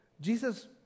Jesus